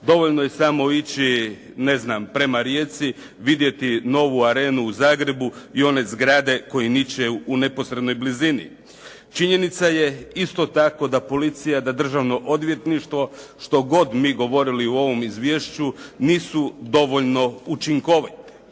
Dovoljno je samo ići prema rijeci, vidjeti novu arenu u Zagrebu i one zgrade koje niču u neposrednoj blizini. Činjenica je isto tako da policija, da državno odvjetništvo, što god mi govorili u ovom izvješću nisu dovoljno učinkoviti.